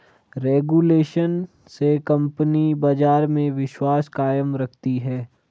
regulation से company बाजार में विश्वास कायम रखती है